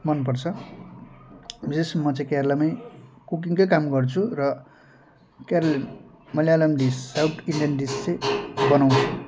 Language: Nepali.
मनपर्छ विशेष म चाहिँ केरलामै कुकिङकै काम गर्छु र Keralian Malayalam dish south Indian dish चाहिँ बनाउँछु